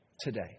today